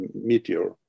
meteor